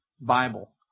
Bible